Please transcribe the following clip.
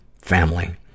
family